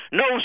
no